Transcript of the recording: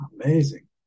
amazing